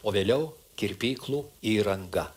o vėliau kirpyklų įranga